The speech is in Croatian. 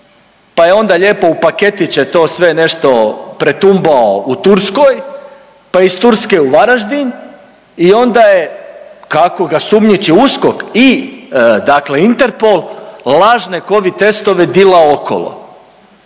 pa je onda lijepo u paketiće to sve nešto pretumbao u Turskoj, pa iz Turske u Varaždin i onda je kako ga sumnjiči USKOK i dakle INTERPOL lažne covid testove dilao okolo.